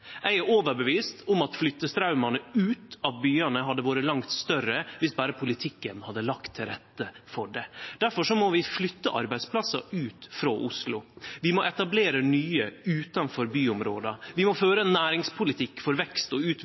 Eg er overtydd om at flyttestraumane ut av byane hadde vore langt større viss berre politikken hadde lagt til rette for det. Difor må vi flytte arbeidsplassar ut frå Oslo. Vi må etablere nye utanfor byområda. Vi må føre ein næringspolitikk for vekst og utvikling i heile landet, byggje ut